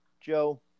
Joe